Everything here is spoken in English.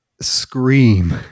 scream